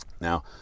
Now